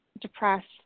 depressed